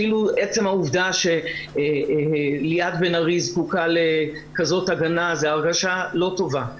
אפילו עצם העובדה שליאת בן ארי זקוקה לכזאת הגנה זו הרגשה לא טובה.